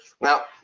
Now